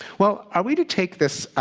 well, are we to take this